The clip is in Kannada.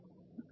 15